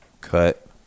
Cut